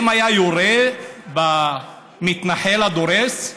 האם הוא היה יורה במתנחל הדורס?